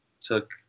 took